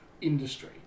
industry